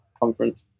conference